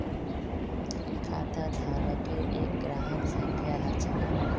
खाताधारकेर एक ग्राहक संख्या ह छ